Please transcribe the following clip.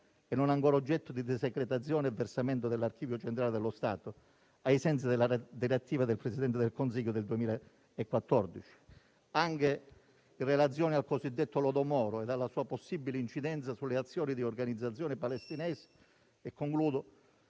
e non ancora oggetto di desecretazione e versamento nell'archivio centrale dello Stato, ai sensi della direttiva del Presidente del Consiglio del 2014, anche in relazione al cosiddetto lodo Moro e alla sua possibile incidenza sulle azioni di organizzazioni palestinesi nel